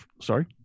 Sorry